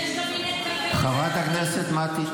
יש כל מיני --- חברת הכנסת מטי,